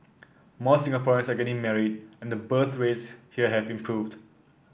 more Singaporeans are getting married and the birth rates here have improved